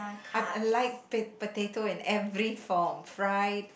I've and liked p~ potato in every form fried